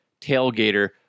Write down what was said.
tailgater